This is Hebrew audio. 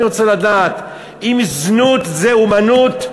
אני רוצה לדעת אם זנות זה אמנות.